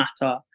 matter